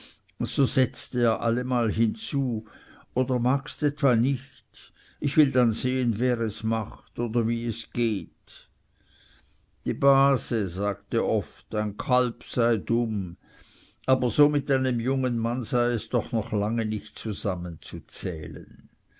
so setzte er allemal hinzu oder magst etwa nicht so sag es ich will dann sehen wer es macht oder wie es geht die base sagte oft ein kalb sei dumm aber so mit einem jungen mann sei es doch noch lange nicht